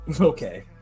Okay